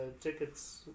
tickets